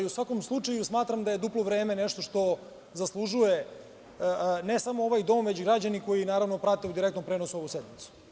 U svakom slučaju, smatram da je duplo vreme nešto što zaslužuje ne samo ovaj dom, već i građani koji prate u direktnom prenosu ovu sednicu.